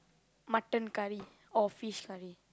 mutton curry or fish curry